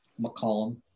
McCollum